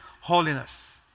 holiness